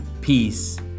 peace